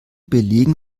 belegen